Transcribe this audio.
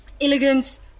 elegance